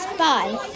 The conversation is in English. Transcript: bye